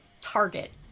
target